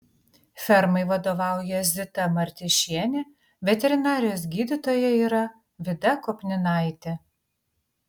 fermai vadovauja zita martyšienė veterinarijos gydytoja yra vida kopninaitė